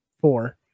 four